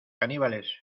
caníbales